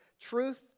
truth